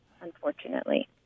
unfortunately